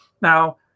Now